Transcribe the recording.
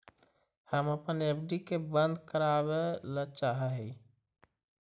हम अपन एफ.डी के बंद करावल चाह ही